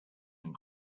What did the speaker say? and